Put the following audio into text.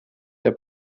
der